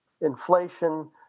inflation